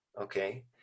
okay